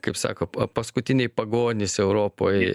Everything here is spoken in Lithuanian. kaip sako pa paskutiniai pagonys europoj